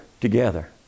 together